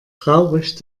traurig